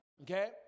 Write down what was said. Okay